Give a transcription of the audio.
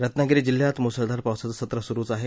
रत्नागिरी जिल्ह्यात मुसळधार पावसाचं सत्र सुरूच आहे